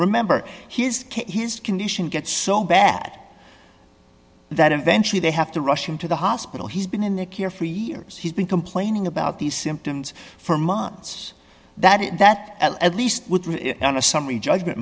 remember his his condition gets so bad that eventually they have to rush into the hospital he's been in their care for years he's been complaining about these symptoms for months that is that at least on a summary judgment